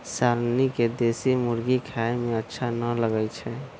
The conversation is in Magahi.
शालनी के देशी मुर्गी खाए में अच्छा न लगई छई